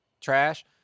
trash